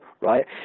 right